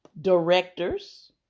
directors